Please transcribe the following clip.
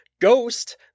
Ghost